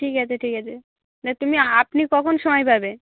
ঠিক আছে ঠিক আছে না তুমি আপনি কখন সময় পাবে